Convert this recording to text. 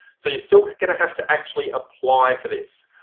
so you're still going to have to actually apply for this.